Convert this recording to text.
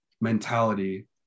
mentality